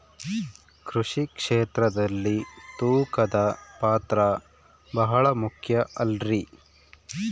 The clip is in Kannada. ಕೃಷಿ ಕ್ಷೇತ್ರದಲ್ಲಿ ತೂಕದ ಪಾತ್ರ ಬಹಳ ಮುಖ್ಯ ಅಲ್ರಿ?